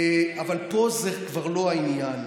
אבל פה זה כבר לא העניין.